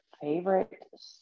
favorite